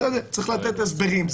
צריך לתת הסברים.